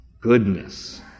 goodness